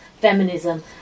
feminism